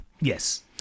Yes